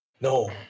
No